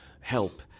help